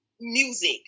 music